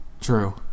True